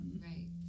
Right